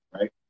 right